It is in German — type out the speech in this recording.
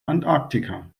antarktika